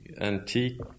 antique